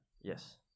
Yes